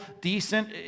decent